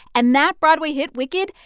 and that broadway hit, wicked,